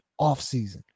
offseason